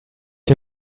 you